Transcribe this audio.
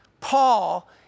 Paul